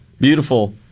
Beautiful